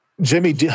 Jimmy